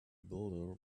builder